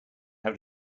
have